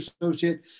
associate